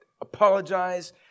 apologize